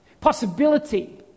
Possibility